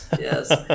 yes